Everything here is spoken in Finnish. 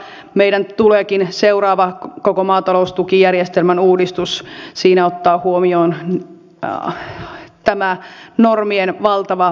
meidän tuleekin seuraavassa koko maataloustukijärjestelmän uudistuksessa ottaa huomioon tämä normien valtava määrä